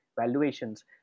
valuations